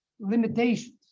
limitations